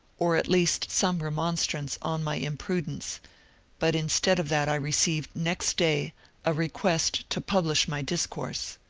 or at least some re monstrance on my imprudence but instead of that i received next day a request to publish my discourse.